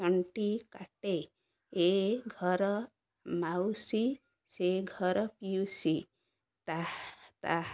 ଅଣ୍ଟି କାଟେ ଏ ଘର ମାଉସୀ ସେ ଘର ପିଉସିି ତା ତା